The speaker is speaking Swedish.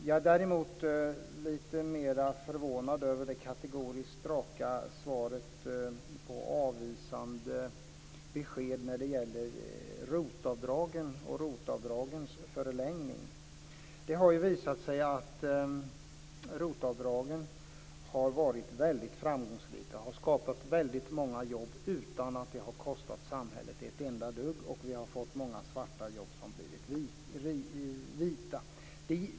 Jag är däremot lite förvånad över det kategoriskt raka svaret och avvisande beskedet när det gäller Det har ju visat sig att ROT-avdragen har varit väldigt framgångsrika och att de har skapat väldigt många jobb utan att det har kostat samhället ett enda dugg. Många svarta jobb har blivit vita.